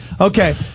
Okay